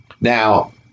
Now